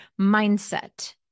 mindset